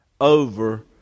over